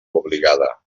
obligada